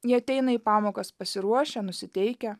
jie ateina į pamokas pasiruošę nusiteikę